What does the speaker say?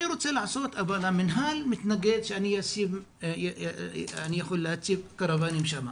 אני רוצה לעשות אבל המנהל מתנגד שאני אציב קרוואנים שם.